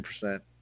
percent